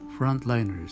frontliners